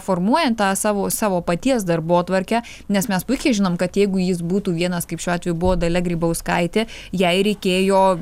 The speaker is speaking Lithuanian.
formuojant tą savo savo paties darbotvarkę nes mes puikiai žinom kad jeigu jis būtų vienas kaip šiuo atveju buvo dalia grybauskaitė jai reikėjo